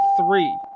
three